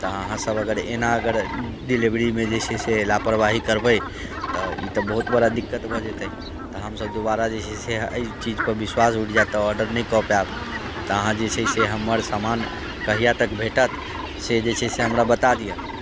तऽ अहाँसभ अगर एना अगर डिलिवरीमे जे छै से लापरवाही करबै तऽ ई तऽ बहुत बड़ा दिक्कत भऽ जेतै तऽ हमसभ दोबारा जे छै से एहि चीजपर विश्वास उठि जायत तऽ ऑर्डर नहि कऽ पायब तऽ अहाँ जे छै से हमर सामान कहिया तक भेटत से जे छै से हमरा बता दिअ